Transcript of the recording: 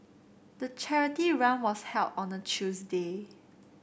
the charity run was held on a Tuesday